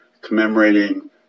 commemorating